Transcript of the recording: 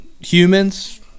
humans